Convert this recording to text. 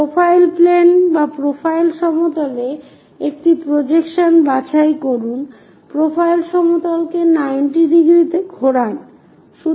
profile সমতলে একটি projection বাছাই করুন প্রোফাইল সমতলকে 90 ডিগ্রীতে ঘোরান